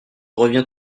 reviens